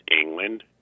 England